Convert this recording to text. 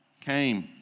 came